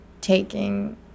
taking